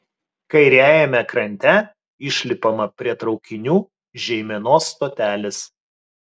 kairiajame krante išlipama prie traukinių žeimenos stotelės